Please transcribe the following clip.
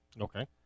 Okay